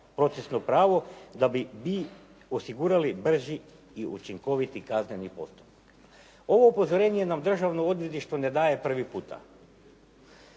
procesno pravo da bi i osigurali brži i učinkoviti kazneni postupak. Ovo upozorenje nam Državno odvjetništvo ne daje prvi puta.